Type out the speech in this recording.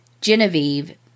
Genevieve